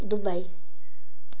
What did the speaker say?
Dubai